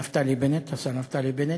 נפתלי בנט, השר נפתלי בנט,